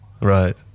Right